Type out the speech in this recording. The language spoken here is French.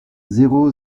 zéro